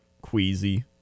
queasy